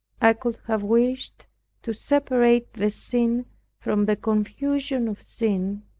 i could have wished to separate the sin from the confusion of sin,